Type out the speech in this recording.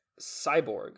Cyborg